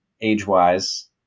age-wise